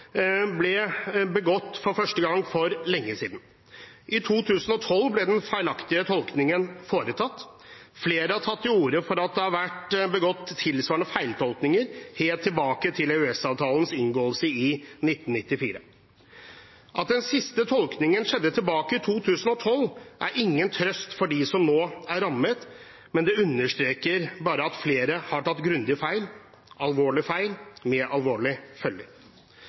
ble begått for første gang for lenge siden. I 2012 ble den feilaktige tolkningen foretatt. Flere har tatt til orde for at det har vært begått tilsvarende feiltolkninger helt tilbake til EØS-avtalens inngåelse i 1994. At den siste tolkningen skjedde tilbake i 2012, er ingen trøst for dem som nå er rammet, men det understreker at flere har tatt grundig feil, alvorlig feil, med